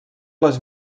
les